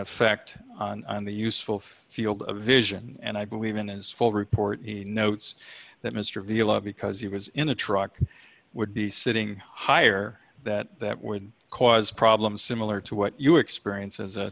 effect on the useful field of vision and i believe in its full report he notes that mr vilar because he was in the truck would be sitting higher that that would cause problems similar to what you experience as a